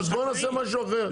בוא נעשה משהו אחר,